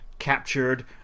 captured